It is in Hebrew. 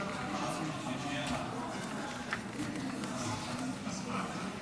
נפגעי העבירה, התשפ"ד 2024,